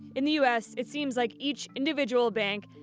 in the u s, it seems like each individual bank,